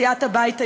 סיעת הבית היהודי,